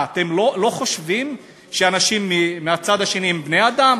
מה, אתם לא חושבים שאנשים מהצד השני הם בני-אדם?